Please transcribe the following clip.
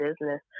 business